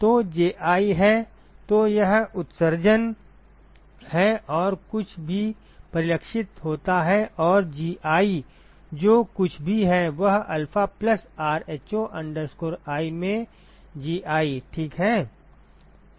तो Ji है तो यह उत्सर्जन है और जो कुछ भी परिलक्षित होता है और Gi जो कुछ भी है वह अल्फा प्लस rho i में Gi ठीक है